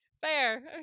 Fair